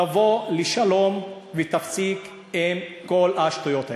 תבוא לשלום ותפסיק עם כל השטויות האלה.